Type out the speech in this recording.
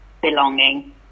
belonging